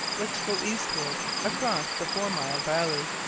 was to go eastward across the four-mile valley.